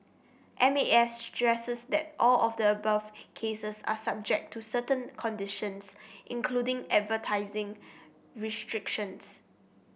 M A S stresses that all of the above cases are subject to certain conditions including advertising restrictions